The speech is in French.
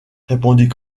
répondit